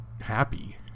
happy